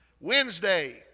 Wednesday